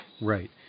Right